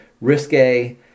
risque